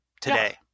today